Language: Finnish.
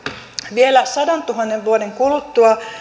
vielä sadantuhannen vuoden kuluttua